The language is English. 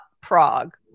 Prague